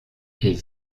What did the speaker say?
est